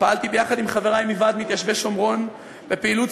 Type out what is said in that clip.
פעלתי יחד עם חברי מוועד מתיישבי השומרון פעילות